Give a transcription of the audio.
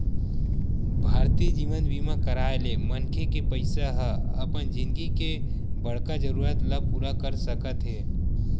भारतीय जीवन बीमा कराय ले मनखे के पइसा ह अपन जिनगी के बड़का जरूरत ल पूरा कर सकत हे